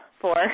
four